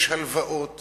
יש הלוואות